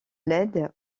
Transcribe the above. leyde